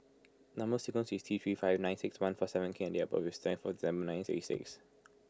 Number Sequence is T three five nine six one four seven K and date of birth is twenty four December nineteen sixty six